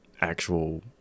actual